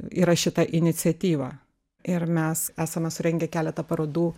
yra šita iniciatyva ir mes esame surengę keletą parodų